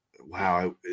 wow